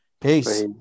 Peace